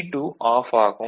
T2 of ஆகும்